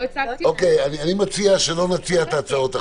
אני מציע שלא נציע עכשיו את ההצעות.